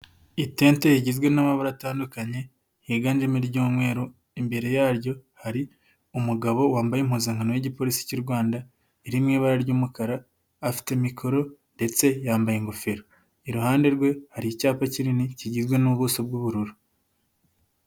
Itente igizwe n'amabara atandukanye, higanjemo iry'umweru, imbere yaryo hari umugabo wambaye impuzankano y'igipolisi cy'u Rwanda, iri mu ibara ry'umukara, afite mikoro ndetse yambaye ingofero, iruhande rwe hari icyapa kinini, kigizwe n'ubuso bw'ubururu.